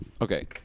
Okay